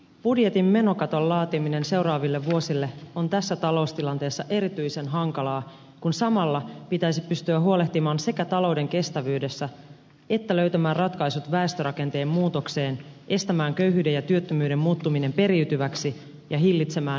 budjetin menokaton laatiminen seuraaville vuosille on tässä taloustilanteessa erityisen hankalaa kun samalla pitäisi pystyä huolehtimaan sekä talouden kestävyydestä että löytämään ratkaisut väestörakenteen muutokseen estämään köyhyyden ja työttömyyden muuttuminen periytyväksi ja hillitsemään ilmastonmuutosta